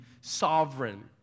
sovereign